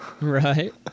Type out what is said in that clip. Right